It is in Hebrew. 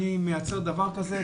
אני מייצר דבר כזה,